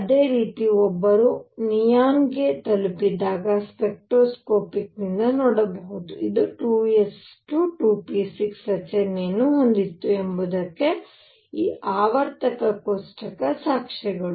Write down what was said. ಅದೇ ರೀತಿ ಒಬ್ಬರು ನಿಯಾನ್ಗೆ ತಲುಪಿದಾಗ ಸ್ಪೆಕ್ಟ್ರೋಸ್ಕೋಪಿಕ್ನಿಂದ ನೋಡಬಹುದು ಮತ್ತು ಇದು 2 s 2 2 p 6 ರಚನೆಯನ್ನು ಹೊಂದಿತ್ತು ಎಂಬುದಕ್ಕೆ ಈ ಆವರ್ತಕ ಕೋಷ್ಟಕ ಸಾಕ್ಷ್ಯಗಳು